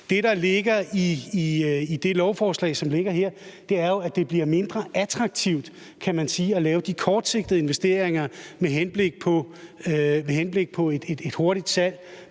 Det, der ligger i det lovforslag, som ligger her, er jo, at det, kan man sige, bliver mindre attraktivt at lave de kortsigtede investeringer med henblik på et hurtigt salg